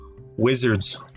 Wizards